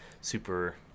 super